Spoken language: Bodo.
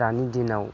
दानि दिनाव